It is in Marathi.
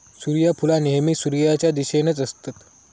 सुर्यफुला नेहमी सुर्याच्या दिशेनेच असतत